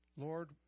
Lord